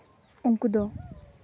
ᱩᱱᱠᱩ ᱫᱚ